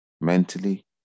mentally